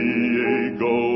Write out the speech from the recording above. Diego